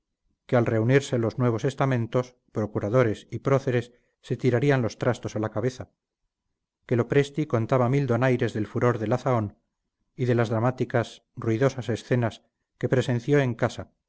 que al reunirse los nuevos estamentos procuradores y próceres se tirarían los trastos a la cabeza que lopresti contaba mil donaires del furor de la zahón y de las dramáticas ruidosas escenas que presenció la casa